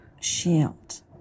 shield